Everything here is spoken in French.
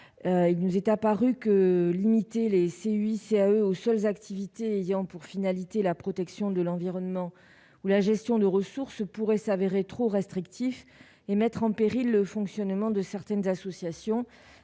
il nous est apparu que limiter les CUI, CAE aux seules activités ayant pour finalité la protection de l'environnement ou la gestion de ressources pourrait s'avérer trop restrictif et mettre en péril le fonctionnement de certaines associations